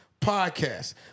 podcast